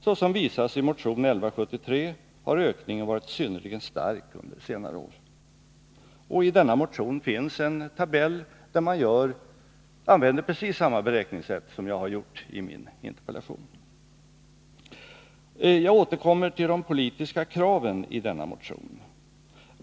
Såsom visas i motion 1173 har ökningen varit synnerligen stark under senare år.” I denna motion finns också en tabell, där man har använt precis samma beräkningssätt som jag har gjort i min interpellation. Jag återkommer till de politiska kraven i denna motion.